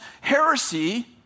heresy